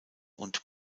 und